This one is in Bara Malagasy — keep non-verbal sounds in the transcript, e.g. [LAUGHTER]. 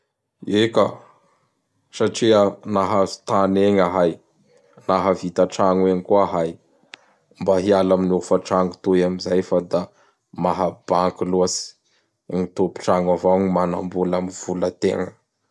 Eka! Satria nahazo tany egny ahay. Nahavita tragno egny koa ahay. Mba hiala am hofantrano toy amizay fa da mahabanky loatsy. Gny tompotrano avao gn manambola am volategna. [NOISE]